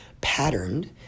patterned